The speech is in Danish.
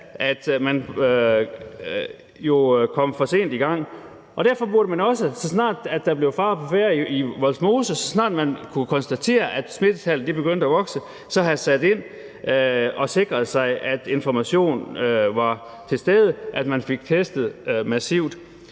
at man kom for sent i gang, og derfor burde man også, så snart der var fare på færde i Vollsmose, og så snart man kunne konstatere, at smittetallene begyndte at vokse, have sat ind og sikret sig, at informationen var til stede, og at der blev testet massivt.